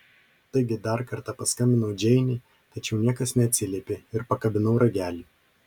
taigi dar kartą paskambinau džeinei tačiau niekas neatsiliepė ir pakabinau ragelį